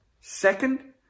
Second